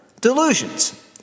delusions